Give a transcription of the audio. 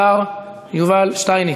השר יובל שטייניץ.